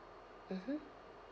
mmhmm